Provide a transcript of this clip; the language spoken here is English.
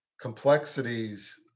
complexities